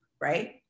right